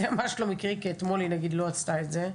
זה ממש לא מקרי, כי נניח אתמול היא לא עשתה את זה.